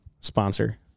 Sponsor